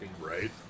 Right